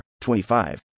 25